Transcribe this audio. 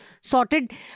sorted